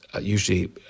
usually